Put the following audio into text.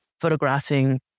photographing